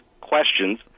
questions